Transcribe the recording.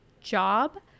Job